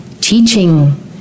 Teaching